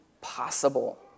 possible